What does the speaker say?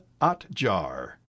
atjar